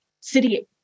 city